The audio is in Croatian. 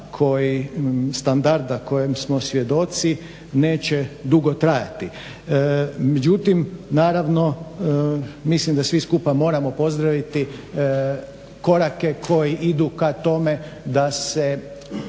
koji, standarda kojem smo svjedoci neće dugo trajati. Međutim, naravno mislim da svi skupa moramo pozdraviti korake koji idu ka tome da se